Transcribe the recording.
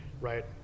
right